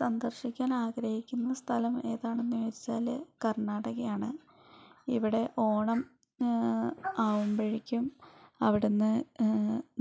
സന്ദർശിക്കാൻ ആഗ്രഹിക്കുന്ന സ്ഥലം ഏതാണെന്നു ചോദിച്ചാൽ കർണ്ണാടകയാണ് ഇവിടെ ഓണം ആവുമ്പോഴേക്കും അവിടെ നിന്ന്